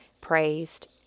praised